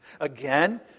Again